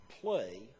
play